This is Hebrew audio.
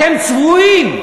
אתם צבועים.